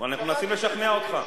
אנחנו מנסים לשכנע אותך.